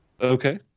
Okay